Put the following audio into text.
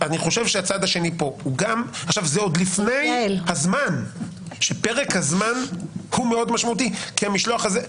וזה עוד לפני הזמן שפרק הזמן הוא משמעותי מאוד,